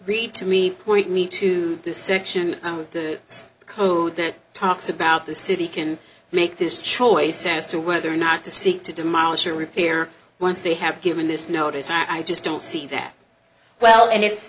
read to me point me to the section of the code that talks about the city can make this choice as to whether or not to seek to demolish or repair once they have given this notice i just don't see that well and i